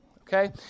Okay